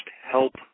help